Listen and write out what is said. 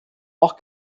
auch